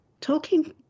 Tolkien